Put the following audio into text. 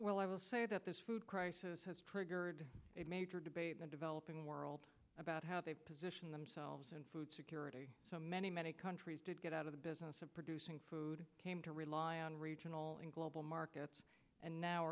well i will say that this food crisis has triggered a major debate the developing world about how they position themselves in food security so many many countries did get out of the business of producing food came to rely on regional and global markets and now